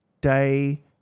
day